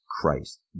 Christ